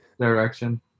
direction